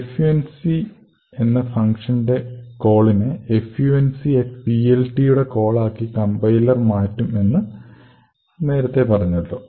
func എന്ന ഫങ്ഷന്റെ call നെ funcPLT യുടെ കോൾ ആക്കി കംപൈലർ മാറ്റും എന്ന് നേരത്തെ പറഞ്ഞുവല്ലോ